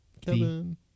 Kevin